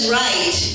right